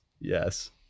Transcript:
Yes